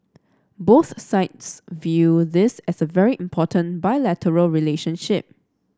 both sides view this as a very important bilateral relationship